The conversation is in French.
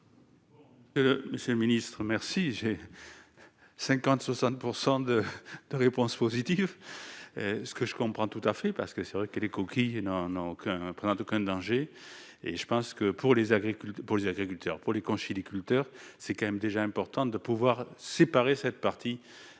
Monsieur le Ministre, merci, j'ai 50 60 % de de réponses positives, ce que je comprends tout à fait parce que c'est vrai que les coquilles non non aucun présente aucun danger et je pense que pour les agriculteurs pour les agriculteurs pour les conchyliculteurs, c'est quand même déjà importante de pouvoir séparer cette partie,